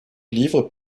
livre